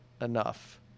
enough